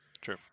true